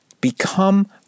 Become